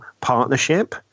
partnership